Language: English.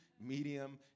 medium